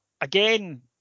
again